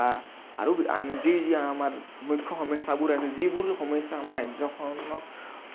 বা আৰু আন যি যি আমাৰ মুখ্য সমস্যাবোৰ আছে যিবোৰ সমস্যাই আমাৰ ৰাজ্যখনক